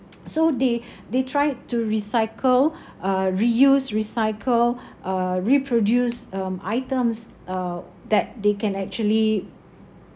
so they they try to recycle uh reuse recycle uh reproduce um items uh that they can actually